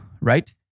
right